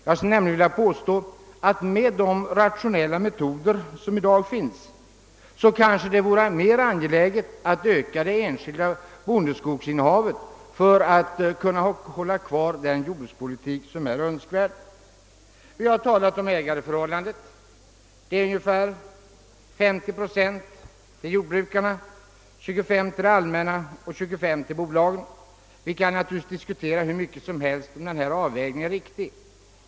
Jag skulle nämligen vilja påstå att med de rationella metoder som i dag tillämpas det kanske vore mera angeläget att öka det enskilda bondeskogsinnehavet för att kunna föra den jordbrukspolitik som är önskvärd och trygga arbetet för de anställda året runt. Vi har talat om ägarförhållandet. Av skogarna ägs ungefär 50 procent av jordbrukarna, 25 procent av det allmänna och 25 procent av bolagen. Vi kan naturligtvis diskutera om denna avvägning är riktig.